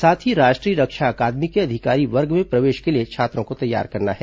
साथ ही राष्ट्रीय रक्षा अकादमी के अधिकारी वर्ग में प्रवेश के लिए छात्रों को तैयार करना है